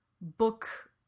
book